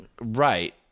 right